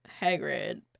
Hagrid